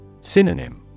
Synonym